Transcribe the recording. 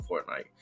fortnite